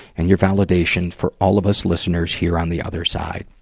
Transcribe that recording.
and your validation for all of us listeners here on the other side.